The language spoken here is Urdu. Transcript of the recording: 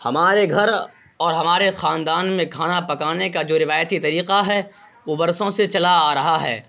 ہمارے گھر اور ہمارے خاندان میں کھانا پکانے کا جو روایتی طریقہ ہے وہ برسوں سے چلا آ رہا ہے